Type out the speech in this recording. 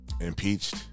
impeached